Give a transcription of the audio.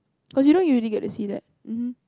cause you don't usually get to see that mm hm